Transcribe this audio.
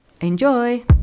Enjoy